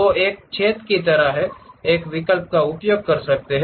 तो एक छेद की तरह एक विकल्प का उपयोग कर सकते हैं